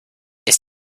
ist